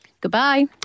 Goodbye